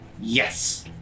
Yes